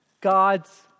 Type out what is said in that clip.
God's